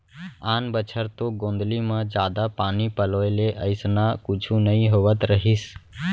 आन बछर तो गोंदली म जादा पानी पलोय ले अइसना कुछु नइ होवत रहिस